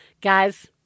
Guys